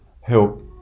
help